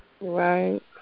Right